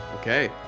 Okay